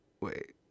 wait